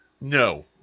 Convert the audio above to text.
no